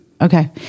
Okay